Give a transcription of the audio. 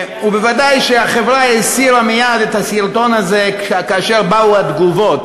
ודאי שהחברה הסירה מייד את הסרטון הזה כאשר באו התגובות.